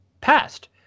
passed